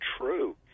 true